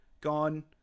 gone